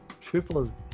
triple